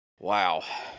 Wow